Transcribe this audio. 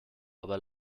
aber